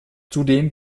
zudem